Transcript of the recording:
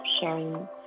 sharing